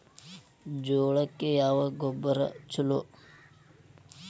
ಜೋಳಕ್ಕ ಯಾವ ಗೊಬ್ಬರ ಛಲೋ?